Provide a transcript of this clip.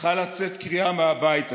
צריכה לצאת קריאה מהבית הזה,